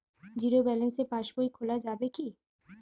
Zero balance pass বই খোলা যাবে কি?